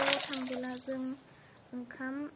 बाथौवाव थांबोला जों ओंखाम